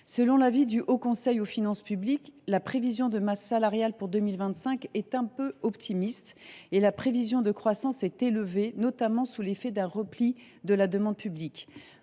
Selon l’avis du Haut Conseil des finances publiques (HCFP), « la prévision de masse salariale pour 2025 […] est un peu optimiste » et la prévision de croissance est élevée, notamment sous l’effet d’un repli de la demande publique.